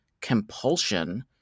compulsion